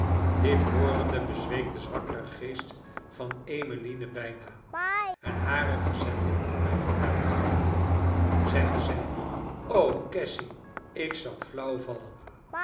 dit hoorende bezweek de zwakkere geest van emmeline bijna en hare gezellin bij den arm grijpende zeide zij o cassy ik zal flauw vallen